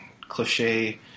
cliche